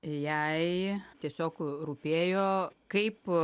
jai tiesiog rūpėjo kaip